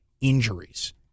injuries